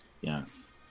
Yes